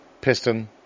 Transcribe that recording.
Piston